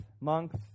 monks